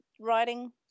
writing